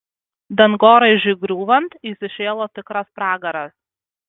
dangoraižiui griūvant įsišėlo tikras pragaras